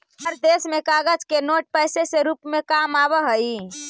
हर देश में कागज के नोट पैसे से रूप में काम आवा हई